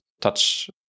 touch